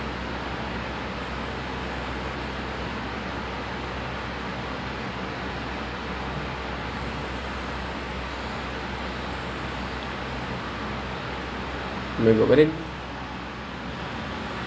so I ate I ate Maggi I ate instant noodles and then I put telur inside then I put hot waters so that was my breakfast super unhealthy